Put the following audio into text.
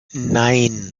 nein